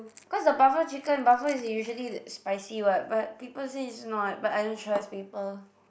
cause the buffalo chicken buffalo is usually spicy what but people say it's not but I don't trust people